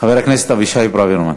חבר הכנסת אבישי ברוורמן.